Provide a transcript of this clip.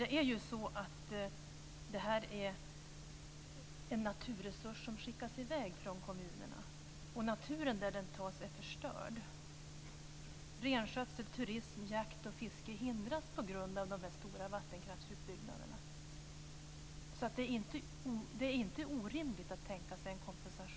Det är ju fråga om en naturresurs som skickas i väg från kommunerna, där naturen är totalt förstörd. Renskötsel, turism, jakt och fiske hindras på grund av de stora vattenkraftsutbyggnaderna, så det är inte orimligt att tänka sig en kompensation.